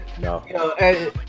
No